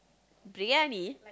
briyani